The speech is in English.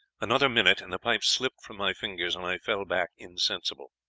another minute, and the pipe slipped from my fingers, and i fell back insensible.